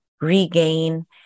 regain